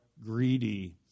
greedy